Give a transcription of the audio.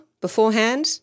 beforehand